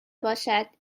باشد